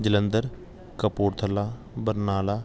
Jalandhar Kapurthala Barnala